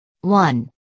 One